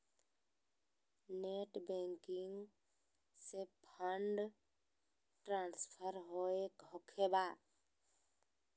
Net banking से fund transfer होखें बा?